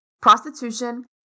prostitution